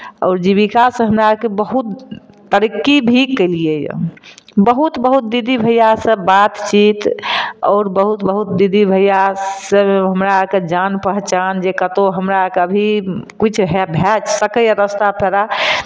आओर जीबिका से हमरा आरके बहुत तरक्की भी कयलिऐ हँ बहुत बहुत दीदी भैया सब बात चीत आओर बहुत बहुत दीदी भैया सब हमराआरके जान पहचान जे कतहुँ हमरा आरके अभी किछु भए सकैए रास्ता पेरा